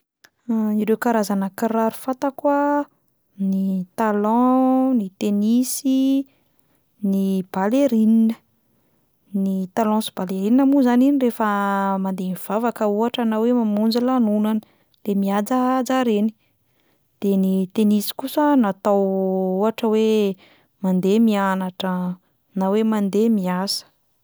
Ireo karazana kiraro fantako a: ny talon, ny tenisy, ny ballerine; ny talon sy ballerine moa zany iny rehefa mandeha mivavaka ohatra na hoe mamonjy lanonana, le mihajahaja reny, de ny tenisy kosa natao ohatra hoe mandeha mianatra na hoe mandeha miasa.